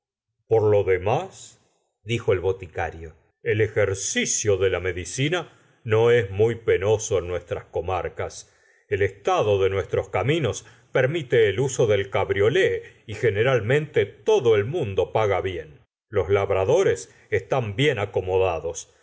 por lo demás dijo el boticario el ejercicio de la medicina no es muy penoso en nuestras comarcas el estado de nuestros caminos permite el uso del cabriolé y generalmente todo el mundo paga bien los labradores están bien acomodados